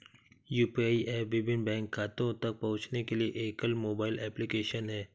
UPI app विभिन्न bank खातों तक पहुँचने के लिए एकल मोबाइल एप्लिकेशन है